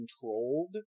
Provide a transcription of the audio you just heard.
controlled